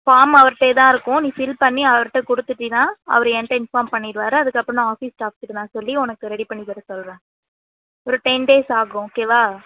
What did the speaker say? form அவர்ட்டே தான் இருக்கும் நீ ஃபில் பண்ணி அவர்ட்டே கொடுத்துட்டினா அவர் என்ட்ட இன்ஃபார்ம் பண்ணிடுவார் அதுக்கப்றம் நான் ஆஃபிஸ் ஸ்டாஃப்கிட்டே நான் சொல்லி உனக்கு ரெடி பண்ணி தர சொல்கிறேன் ஒரு டென் டேஸ் ஆகும் ஓகேவா